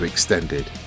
Extended